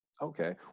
Okay